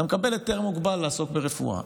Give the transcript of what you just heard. אתה מקבל היתר מוגבל לעסוק ברפואה.